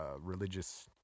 religious